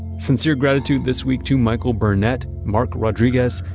sincere gratitude this week to michael bernett, mark rodriguez,